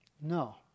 No